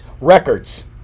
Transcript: records